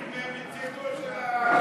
goodwill, העלו בפני את הסוגיה, מצדו של כבודו.